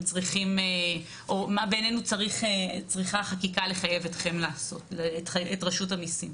צריכה החקיקה לחייב את רשות המיסים.